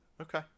Okay